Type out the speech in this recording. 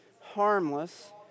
harmless